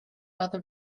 other